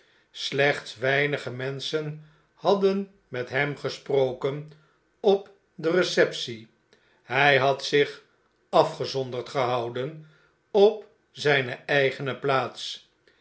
slechts weinige menschen hadden met hem gesproken op de receptie hg had zich afgezonderd gehouden op zyne eigene plaats